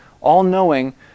all-knowing